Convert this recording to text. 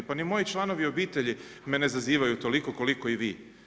Pa ni moji članovi obitelji me ne zazivaju toliko koliko i vi.